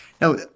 Now